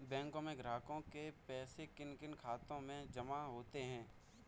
बैंकों में ग्राहकों के पैसे किन किन खातों में जमा होते हैं?